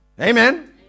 amen